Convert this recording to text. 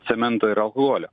cemento ir alkoholio